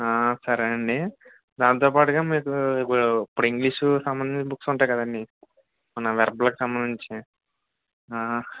సరే అండి దాంతో పాటుగా మీకు ఇప్పుడు ఇప్పుడు ఇంగ్లీషు సంబంధించిన బుక్స్ ఉంటాయి కదండి మన వెర్భులకి సంబంధించినవి